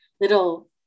little